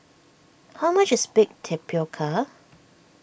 how much is Baked Tapioca